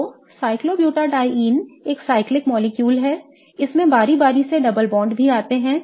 तो cyclobutadiene एक चक्रीय अणु है इसमें बारी बारी से डबल बॉन्ड भी होते हैं